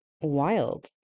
wild